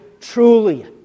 truly